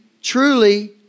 truly